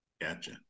Gotcha